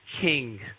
king